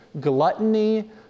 gluttony